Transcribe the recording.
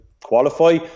qualify